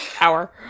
Hour